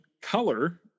color